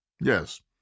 Yes